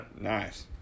nice